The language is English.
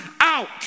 out